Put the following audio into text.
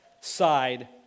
side